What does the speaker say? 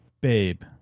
babe